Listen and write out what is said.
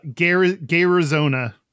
Arizona